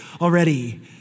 already